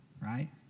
Right